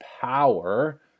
power